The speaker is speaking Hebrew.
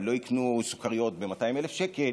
הם לא יקנו סוכריות ב-200,000 שקל,